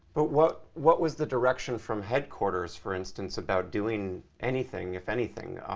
but what what was the direction from headquarters, for instance, about doing anything, if anything,